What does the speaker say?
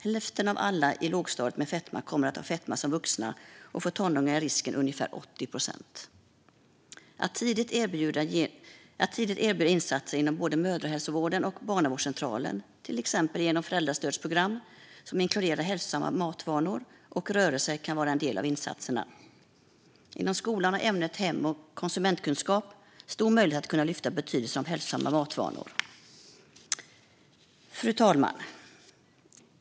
Hälften av alla i lågstadiet med fetma kommer att ha fetma som vuxna, och för tonåringar är risken ungefär 80 procent. Att tidigt erbjuda insatser inom både mödrahälsovården och barnavårdscentralen, till exempel genom föräldrastödsprogram som inkluderar hälsosamma matvanor och rörelse, kan vara en del av insatserna. Inom skolan har man i ämnet hem och konsumentkunskap stor möjlighet att lyfta betydelsen av hälsosamma matvanor. Fru talman!